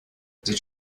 did